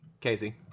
Casey